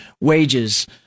wages